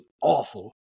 awful